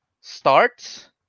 starts